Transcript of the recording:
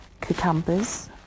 cucumbers